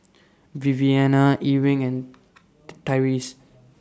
Viviana Ewing and Tyrese